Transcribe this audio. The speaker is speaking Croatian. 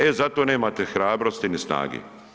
E za to nemate hrabrosti ni snage.